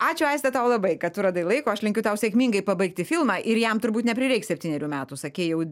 ačiū aiste tau labai kad tu radai laiko aš linkiu tau sėkmingai pabaigti filmą ir jam turbūt neprireiks septynerių metų sakei jau